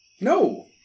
No